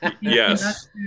Yes